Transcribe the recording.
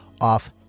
off